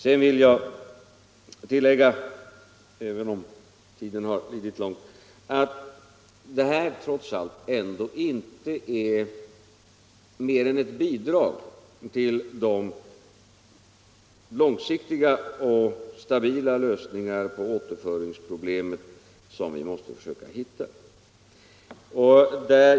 Sedan vill jag tillägga — även om tiden blivit långt framskriden — att detta trots allt inte är mer än ett bidrag till de långsiktiga och stabila lösningar på återföringsproblemet som vi måste hitta.